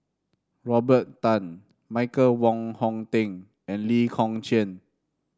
Robert Tan Michael Wong Hong Teng and Lee Kong Chian